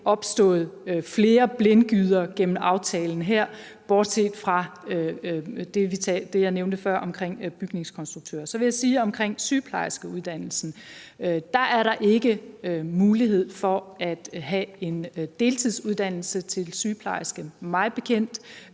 bekendt ikke er mulighed for at have en deltidsuddannelse til sygeplejerske,